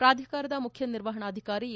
ಪ್ರಾಧಿಕಾರದ ಮುಖ್ಯ ನಿರ್ವಹಣಾಧಿಕಾರಿ ಎ